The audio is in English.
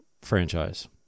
franchise